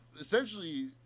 essentially